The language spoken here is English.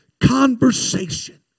conversation